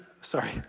Sorry